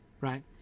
right